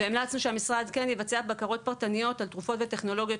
גם המלצנו שהמשרד יבצע בקרות פרטניות על תרופות וטכנולוגיות